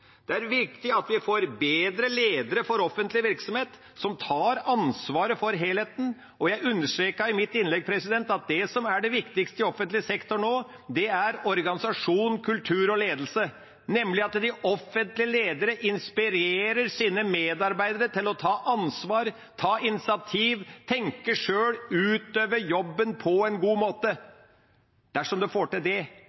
som tar ansvar for helheten. Og jeg understreket i mitt innlegg at det som er det viktigste i offentlig sektor nå, er organisasjon, kultur og ledelse, nemlig at de offentlige lederne inspirerer sine medarbeidere til å ta ansvar, ta initiativ, tenke sjøl og utøve jobben på en god måte.